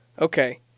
Okay